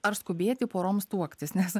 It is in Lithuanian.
ar skubėti poroms tuoktis nes